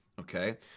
okay